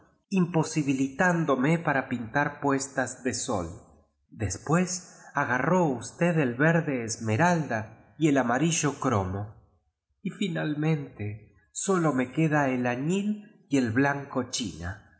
ii dome para pin tur puestas de sol después agarró usted el verde esmera idu y el tunar i lio cromo y mojilmente adío me queda el añil y el blanco chínn